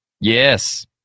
Yes